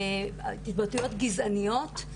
התבטאויות גזעניות,